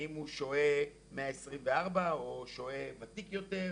האם הוא שוהה מה-24 או שוהה ותיק יותר,